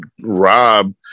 Rob